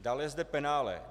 Dále je zde penále.